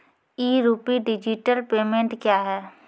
ई rupee digital payment क्या हैं?